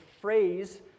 phrase